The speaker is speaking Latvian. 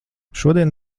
šodien